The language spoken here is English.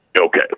Okay